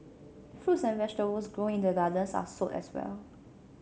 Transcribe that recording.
fruits and vegetables grown in the gardens are sold as well